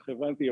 כך הבנתי,